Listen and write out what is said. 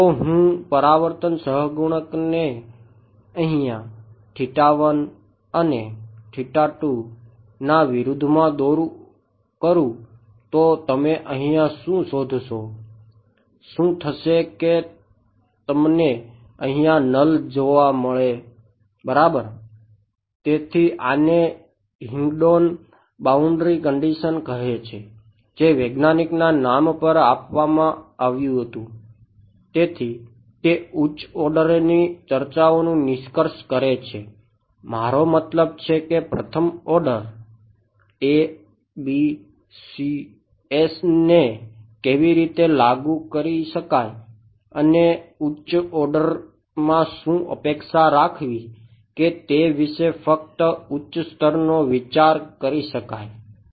જો હું પરાવર્તન સહગુણકને અહિયાં અને ના વિરુદ્ધમાં દોરું માં શું અપેક્ષા રાખવી કે તે વિશે ફક્ત ઉચ્ચ સ્તરનો વિચાર કરી શકાય